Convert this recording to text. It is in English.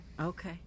Okay